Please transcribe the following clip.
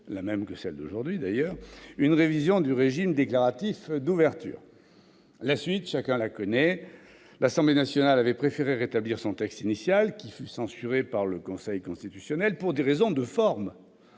la même qu'aujourd'hui ... -une révision du régime déclaratif d'ouverture. La suite, chacun la connaît : l'Assemblée nationale avait préféré rétablir son texte initial qui fut censuré par le Conseil constitutionnel pour des raisons de forme